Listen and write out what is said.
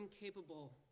incapable